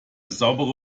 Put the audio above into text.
saubere